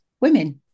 women